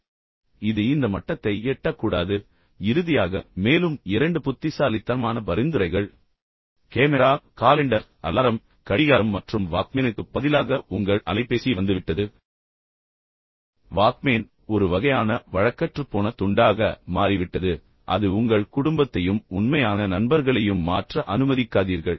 எனவே இது இந்த மட்டத்தை எட்டக்கூடாது இறுதியாக மேலும் இரண்டு புத்திசாலித்தனமான பரிந்துரைகள் உங்கள் கேமெரா காலெண்டர் அலாரம் கடிகாரம் மற்றும் வாக்மேனுக்கு பதிலாக உங்கள் அலைபேசி வந்துவிட்டது மேலும் வாக்மேன் ஏற்கனவே ஒரு வகையான வழக்கற்றுப் போன துண்டாக மாறிவிட்டது ஆனால் அது உங்கள் குடும்பத்தையும் உண்மையான நண்பர்களையும் மாற்ற அனுமதிக்காதீர்கள்